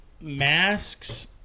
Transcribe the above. masks